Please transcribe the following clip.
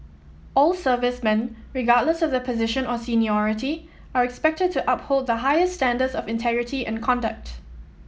all servicemen regardless of their position or seniority are expected to uphold the highest standards of integrity and conduct